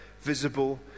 visible